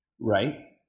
Right